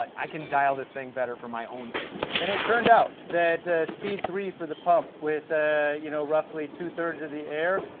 i can dial this thing better for my own tank and it turned out that speed three for the pump with ah you know roughly two thirds of the air,